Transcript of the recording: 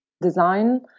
Design